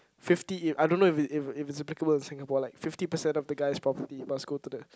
fifty ea~ I don't know if it if it's applicable in Singapore like fifty percent of the guy's property must go to the